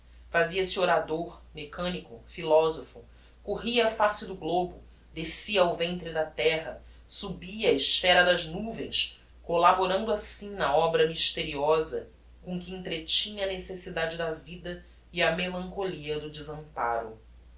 enleva fazia-se orador mecanico philosopho corria a face do globo descia ao ventre da terra subia á esphera das nuvens collaborando assim na obra mysteriosa com que entretinha a necessidade da vida e a melancholia do desamparo